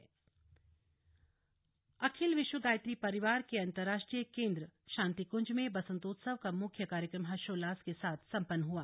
बसंत पंचमी हरिद्वार अखिल विश्व गायत्री परिवार के अंतर्राष्ट्रीय केन्द्र शांतिकुंज में वसन्तोत्सव का मुख्य कार्यक्रम हर्षोल्लास के साथ सम्पन्न हुआ